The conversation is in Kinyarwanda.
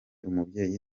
umubyeyi